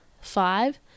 five